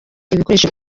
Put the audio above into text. ibikoresho